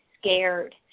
scared